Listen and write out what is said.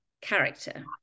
character